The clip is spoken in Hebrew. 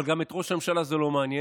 אבל גם את ראש הממשלה זה לא מעניין,